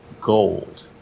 gold